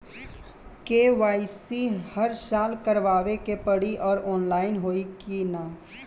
KYC हर साल करवावे के पड़ी और ऑनलाइन होई की ना?